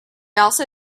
also